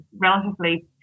relatively